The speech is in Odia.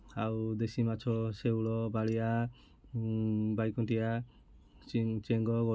ଆଉ ଦେଶୀ ମାଛ ଶେଉଳ ବାଳିଆ ବାଇକୁନ୍ଥିଆ ଚେଙ୍ଗ